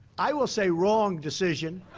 i will say, wrong decision.